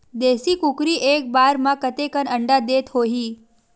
देशी कुकरी एक बार म कतेकन अंडा देत होही?